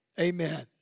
Amen